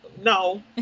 no